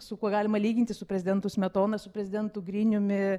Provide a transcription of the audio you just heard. su kuo galima lyginti su prezidentu smetona su prezidentu griniumi